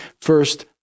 first